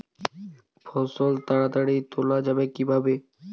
ফসল তাড়াতাড়ি তোলা যাবে কিভাবে?